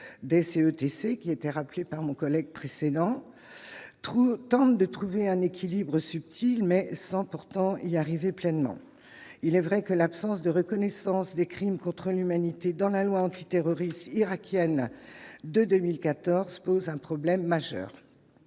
des C. E. T. qui était rappelé par mon collègue précédents trou tentent de trouver un équilibre subtil mais sans pourtant y arriver pleinement, il est vrai que l'absence de reconnaissance des crimes contre l'humanité dans la loi antiterroriste irakienne de 2014 pose un problème majeur,